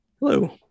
Hello